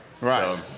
Right